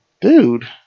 Dude